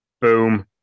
boom